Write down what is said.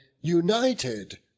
united